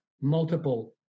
multiple